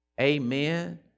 Amen